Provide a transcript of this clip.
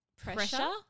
pressure